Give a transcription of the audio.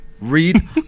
read